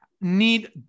need